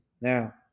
Now